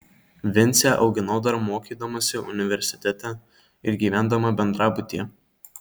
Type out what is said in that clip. vincę auginau dar mokydamasi universitete ir gyvendama bendrabutyje